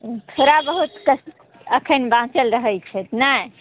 थोड़ा बहुतके एखन बाँचल रहै छथि ने